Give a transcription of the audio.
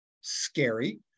Scary